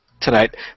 tonight